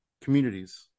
communities